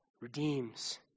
redeems